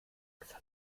hat